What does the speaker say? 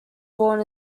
born